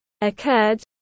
occurred